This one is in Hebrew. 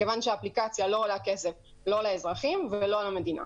מכיוון שהאפליקציה לא עולה כסף לא לאזרחים ולא למדינה.